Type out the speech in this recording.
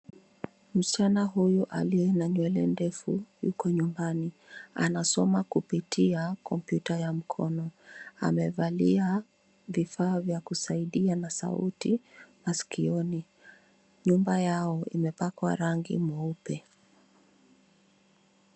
Msichana huyu alie na nywele ndefu yuko nyumbani, anasomea kupitia kompyuta ya mkono, amevalia vifaa vya kusaidia na sauti masikioni. Nyumba yao imepakwa rangi meupe.